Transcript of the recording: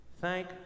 Thank